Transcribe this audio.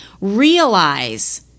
realize